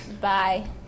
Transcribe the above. Bye